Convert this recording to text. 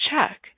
check